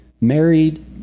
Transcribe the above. married